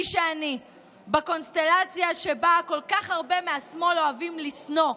מי שאני בקונסטלציה שבה כל כך הרבה מהשמאל אוהבים לשנוא,